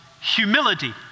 Humility